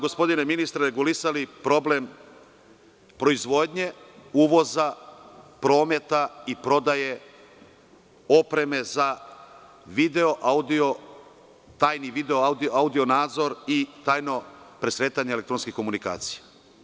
Gospodine ministre, mi nismo ovim zakonom regulisali problem proizvodnje, uvoza, prometa i prodaje opreme za tajni video, audio nadzor i tajno presretanje elektronske komunikacije.